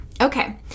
Okay